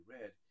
read